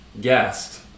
guest